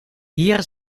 hier